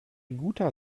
guter